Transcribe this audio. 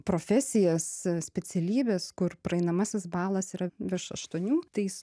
profesijas specialybes kur praeinamasis balas yra virš aštuonių tais